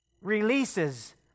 releases